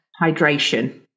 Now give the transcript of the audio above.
hydration